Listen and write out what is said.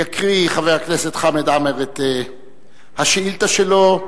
יקריא חבר הכנסת חמד עמאר את השאילתא שלו,